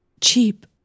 Cheap